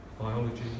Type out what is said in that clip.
biology